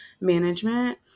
management